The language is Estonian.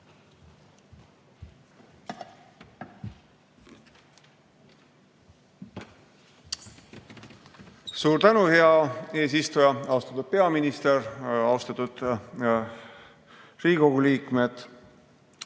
Suur tänu, hea eesistuja! Austatud peaminister! Austatud Riigikogu liikmed!